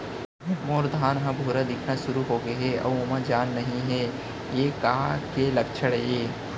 मोर धान ह भूरा दिखना शुरू होगे हे अऊ ओमा जान नही हे ये का के लक्षण ये?